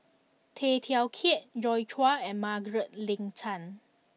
Tay Teow Kiat Joi Chua and Margaret Leng Tan